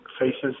faces